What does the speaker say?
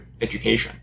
education